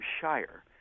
Shire